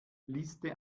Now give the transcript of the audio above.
liste